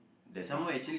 that's a